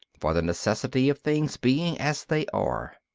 for the necessity of things being as they are.